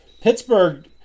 Pittsburgh